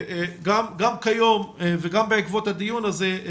גם כיום וגם בעקבות הדיון הזה,